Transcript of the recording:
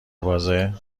بازه